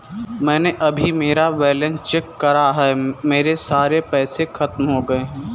मैंने अभी मेरा बैलन्स चेक करा है, मेरे सारे पैसे खत्म हो गए हैं